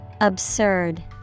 Absurd